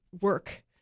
work